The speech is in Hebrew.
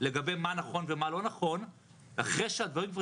לגבי מה נכון ומה לא נכון אחרי שהדברים כבר